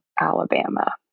Alabama